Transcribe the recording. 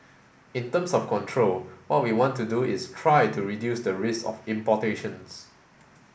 in terms of control what we want to do is try to reduce the risk of importations